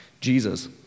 Jesus